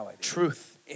Truth